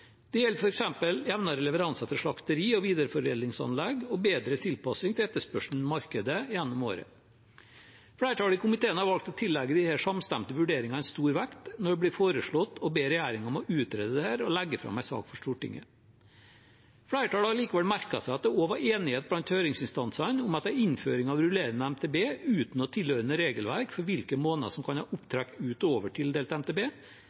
Det gjelder f.eks. jevnere leveranse til slakteri og videreforedlingsanlegg og bedre tilpassing til etterspørselen i markedet gjennom året. Flertallet i komiteen har valgt å tillegge disse samstemte vurderingene stor vekt når det blir foreslått å be regjeringen om å utrede dette og legge fram en sak for Stortinget. Flertallet har likevel merket seg at det også var enighet blant høringsinstansene om at en innføring av rullerende MTB uten noe tilhørende regelverk for hvilke måneder som kan ha